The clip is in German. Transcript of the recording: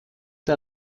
der